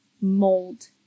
Mold